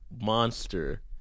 monster